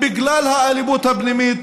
בגלל האלימות הפנימית